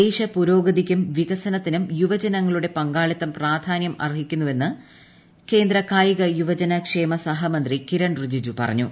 ദേശ പുരോഗതിയ്ക്കും വികസനത്തിനും യുവജനങ്ങളുടെ പങ്കാളിത്തം പ്രാധാനൃം അർഹിക്കുന്നുവെന്ന് കേന്ദ്ര കായിക യുവജന ക്ഷേമ സഹമന്ത്രി കിരൺ റിജിജു പറഞ്ഞു